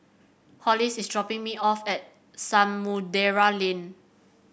Hollis is dropping me off at Samudera Lane